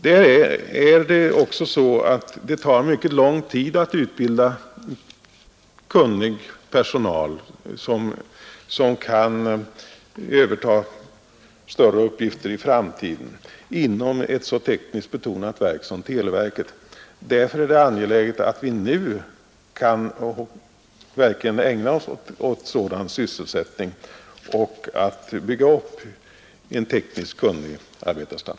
Det är också så att det tar mycket lång tid att utbilda kunnig personal som kan överta större uppgifter i framtiden inom ett så tekniskt betonat verk som televerket. Därför är det angeläget att vi nu verkligen ägnar oss åt att främja sådan sysselsättning och att nu bygga upp en tekniskt kunnig arbetarstam.